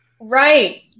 Right